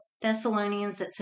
Thessalonians